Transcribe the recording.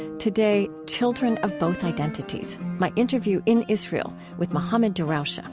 today children of both identities, my interview in israel with mohammad darawshe, ah